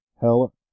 Hell